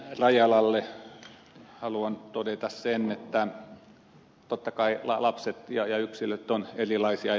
rajalalle haluan todeta sen että totta kai lapset ja yksilöt ovat erilaisia